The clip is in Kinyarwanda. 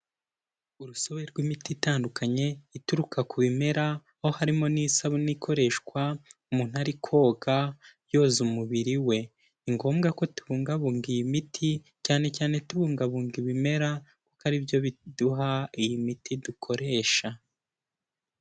Urusobe rw'imiti itandukanye ituruka ku bimera aho harimo n'isabune ikoreshwa umuntu koga yoza umubiri we, ni ngombwa ko tubungabunga iyi miti cyane cyane tubungabunga ibimera kuko ari byo biduha iyi miti dukoresha.